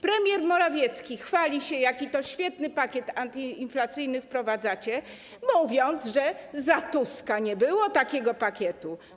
Premier Morawiecki chwali się, jaki to świetny pakiet antyinflacyjny wprowadzacie, mówiąc, że za Tuska nie było takiego pakietu.